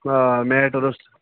آ میٹہٕ روٚس